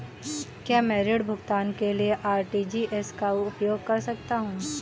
क्या मैं ऋण भुगतान के लिए आर.टी.जी.एस का उपयोग कर सकता हूँ?